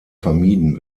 vermieden